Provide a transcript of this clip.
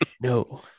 no